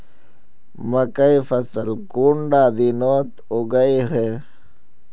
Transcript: मकई फसल कुंडा दिनोत उगैहे?